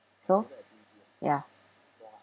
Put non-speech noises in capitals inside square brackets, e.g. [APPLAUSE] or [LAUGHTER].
so [NOISE] ya [NOISE]